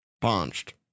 punched